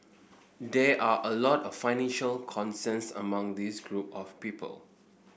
there are a lot of financial concerns among this group of people